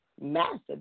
massive